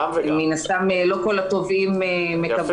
כי מן הסתם לא כל התובעים מקבלים.